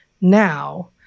Now